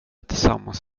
tillsammans